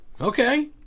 Okay